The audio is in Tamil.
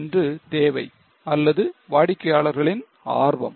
ஒன்று தேவை அல்லது வாடிக்கையாளர்களின் ஆர்வம்